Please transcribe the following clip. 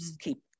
keep